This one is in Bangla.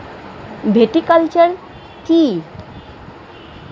ভিটিকালচার কী?